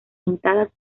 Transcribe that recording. pintadas